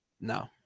No